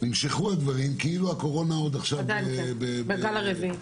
נמשכו הדברים כאילו הקורונה עוד --- בגל הרביעי.